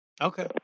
Okay